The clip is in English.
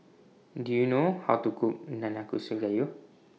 Do YOU know How to Cook Nanakusa Gayu